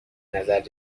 نظر